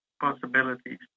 possibilities